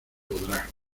podrá